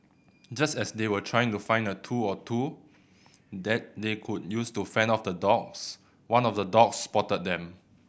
just as they were trying to find a tool or two that they could use to fend off the dogs one of the dogs spotted them